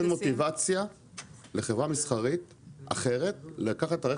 יש כאן חוק שנותן מוטיבציה לחברה מסחרית אחרת לקחת את הרכב.